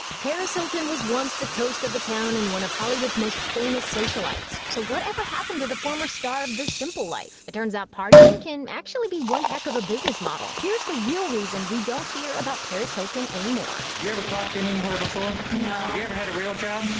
paris hilton was once the toast of the town and one of hollywood's most famous socialites, so what ever happened to the former star of the simple life? it turns out partying can actually be one heck of a business model. here's the real reason we don't hear about paris hilton anymore. have you ever clocked in anywhere before? no. have you ever had a real job?